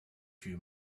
few